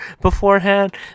beforehand